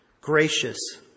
gracious